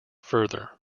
further